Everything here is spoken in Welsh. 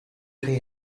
chi